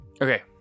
Okay